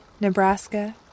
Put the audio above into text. Nebraska